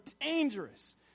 dangerous